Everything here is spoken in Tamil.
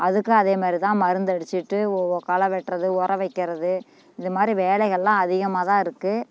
அதுக்கும் அதேமாரி தான் மருந்து அடிச்சிட்டு களை வெட்டுறது உரம் வைக்கறது இந்தமாதிரி வேலைகள்லாம் அதிகமாகதான் இருக்கு